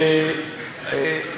אמירות הרבה יותר חמורות נגד הגוש הזה,